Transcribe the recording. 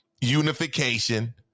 unification